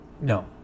No